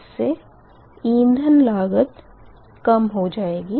इस से इंधन लागत कम हो जाएगी